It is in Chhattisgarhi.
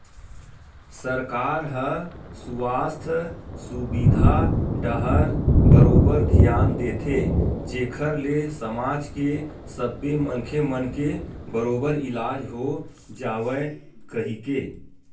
सरकार ह सुवास्थ सुबिधा डाहर बरोबर धियान देथे जेखर ले समाज के सब्बे मनखे मन के बरोबर इलाज हो जावय कहिके